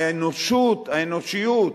האנושות, האנושיות,